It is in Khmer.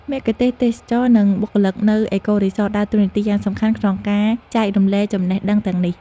មគ្គុទ្ទេសក៍ទេសចរណ៍ និងបុគ្គលិកនៅ អេកូរីសត ដើរតួនាទីយ៉ាងសំខាន់ក្នុងការចែករំលែកចំណេះដឹងទាំងនេះ។